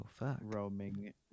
roaming